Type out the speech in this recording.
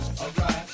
Alright